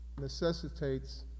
necessitates